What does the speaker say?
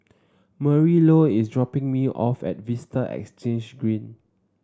Marylou is dropping me off at Vista Exhange Green